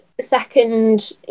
second